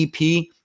EP